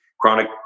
chronic